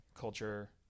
culture